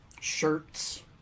shirts